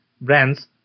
brands